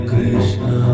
Krishna